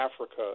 Africa